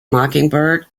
mockingbird